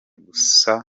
gusa